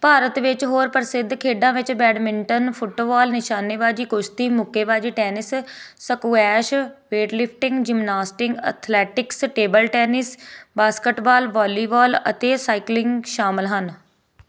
ਭਾਰਤ ਵਿੱਚ ਹੋਰ ਪ੍ਰਸਿੱਧ ਖੇਡਾਂ ਵਿੱਚ ਬੈਡਮਿੰਟਨ ਫੁੱਟਬਾਲ ਨਿਸ਼ਾਨੇਬਾਜ਼ੀ ਕੁਸ਼ਤੀ ਮੁੱਕੇਬਾਜ਼ੀ tennis squash weightlifting gymnastic athletics table tennis basketball volleyball ਅਤੇ ਸਾਈਕਲਿੰਗ ਸ਼ਾਮਲ ਹਨ